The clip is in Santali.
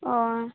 ᱚᱻ